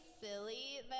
silly